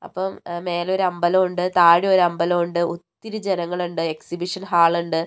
അപ്പം മേലെ ഒരു അമ്പലമുണ്ട് താഴെ ഒരു അമ്പലമുണ്ട് ഒത്തിരി ജനങ്ങളുണ്ട് ആ എക്സിബിഷൻ ഹാൾ ഉണ്ട്